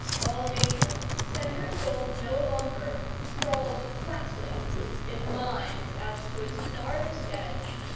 all nature, centrifugal no longer, sprawled flatly in lines out to its farthest edge,